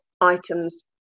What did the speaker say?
items